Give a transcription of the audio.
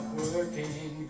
working